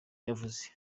yavuze